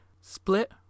Split